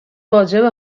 واجبه